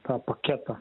tą paketą